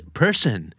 person